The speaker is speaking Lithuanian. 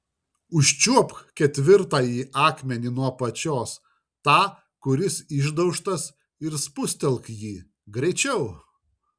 užčiuopk ketvirtąjį akmenį nuo apačios tą kuris išdaužtas ir spustelk jį greičiau